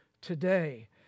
today